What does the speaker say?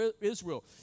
Israel